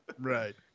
Right